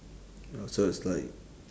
oh so it's like